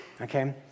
Okay